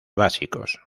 básicos